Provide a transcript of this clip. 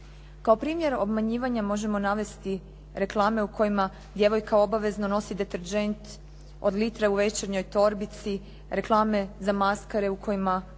Kao primjer obmanjivanja možemo navesti reklame u kojima djevojka obavezno nosi deterdžent od litre u večernjoj torbici, reklame za maskare u kojima